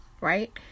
right